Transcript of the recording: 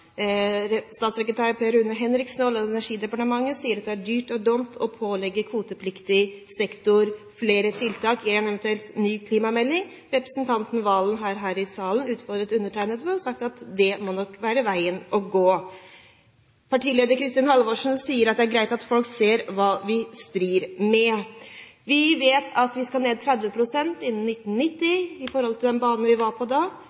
Statssekretær Per Rune Henriksen og Olje- og energidepartementet sier at det er dyrt og dumt å pålegge kvotepliktig sektor flere tiltak i en eventuell ny klimamelding. Representanten Serigstad Valen var her i salen og utfordret undertegnede og sa at det nok må være veien å gå. Partileder Kristen Halvorsen sier at det er greit at folk ser hva vi strir med. Vi vet at vi skal ned 30 pst. i forhold til den banen vi var på